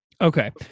Okay